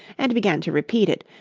and began to repeat it,